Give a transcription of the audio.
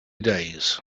days